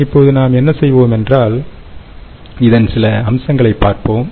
இப்போது நாம் என்ன செய்வோம் என்றால் இதன் சில அம்சங்களைப் பார்ப்போம்